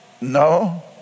No